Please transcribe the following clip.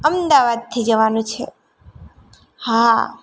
અમદાવાદથી જવાનું છે હા